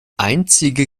einzige